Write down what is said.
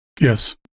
Yes